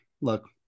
look